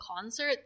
concert